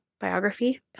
biography